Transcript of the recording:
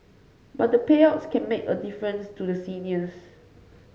but the payouts can make a difference to the seniors